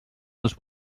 els